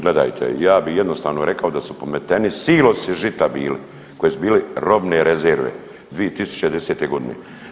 Gledajte, ja bi jednostavno rekao da su pometeni silosi žita bili, koji su bili robne rezerve 2010. godine.